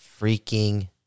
freaking